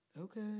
okay